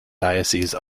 diocese